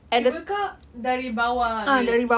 cable car dari bawah naik